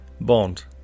Bond